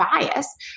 bias